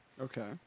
Okay